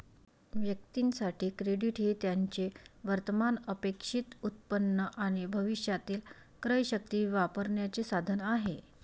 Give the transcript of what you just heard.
व्यक्तीं साठी, क्रेडिट हे त्यांचे वर्तमान अपेक्षित उत्पन्न आणि भविष्यातील क्रयशक्ती वापरण्याचे साधन आहे